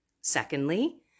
Secondly